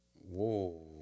Whoa